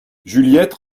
juliette